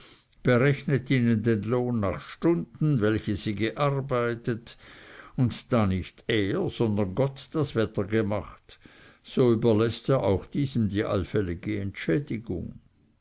berechnet ihnen den lohn nach den stunden welche sie gearbeitet und da nicht er sondern gott das wetter gemacht so überläßt er auch diesem die allfällige entschädigung